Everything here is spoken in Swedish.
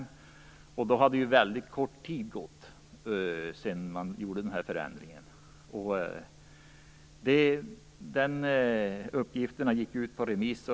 Då hade det gått väldigt kort tid sedan man gjorde en förändring. Uppgifterna gick ut på remiss.